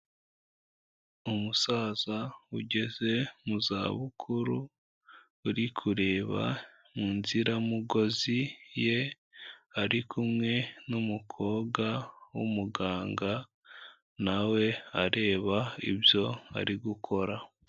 Umusaza ugeze mu zabukuru, uri kureba mu nziramugozi ye, ari kumwe n'umukobwa w'umuganga, na we areba ibyo ari gukora.